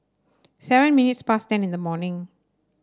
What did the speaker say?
seven minutes past ten in the morning